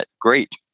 great